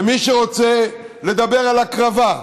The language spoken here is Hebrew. ומי שרוצה לדבר על הקרבה,